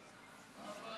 זאת סחיטה.) זאת